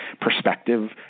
perspective